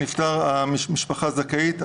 המשפחה זכאית.